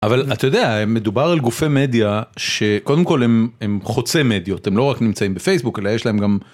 אבל אתה יודע, מדובר על גופי מדיה שקודם כל הם חוצי מדיות, הם לא רק נמצאים בפייסבוק אלא יש להם גם.